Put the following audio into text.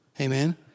amen